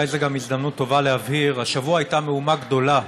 ואולי זו הזדמנות טובה להבהיר: השבוע הייתה מהומה גדולה